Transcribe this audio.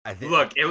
Look